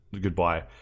goodbye